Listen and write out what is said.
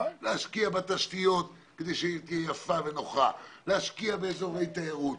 להשקיע בתשתיות, להשקיע באזורי תיירות,